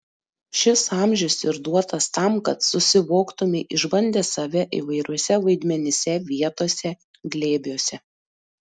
šis amžius ir duotas tam kad susivoktumei išbandęs save įvairiuose vaidmenyse vietose glėbiuose